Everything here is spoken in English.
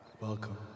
Welcome